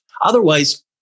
Otherwise